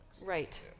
Right